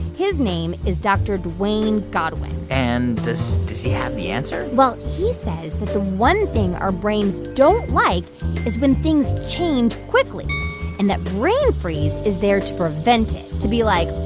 his name is dr. dwayne godwin and does does he have the answer? well, he says that the one thing our brains don't like is when things change quickly and that brain freeze is there to prevent it to be like,